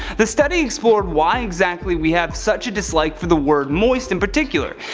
the study explored why exactly we have such a dislike for the word moist in particular.